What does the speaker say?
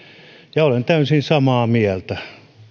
ja olen täysin samaa mieltä